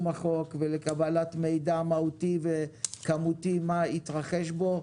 החוק ולקבלת מידע מהותי וכמותי מה התרחש בו,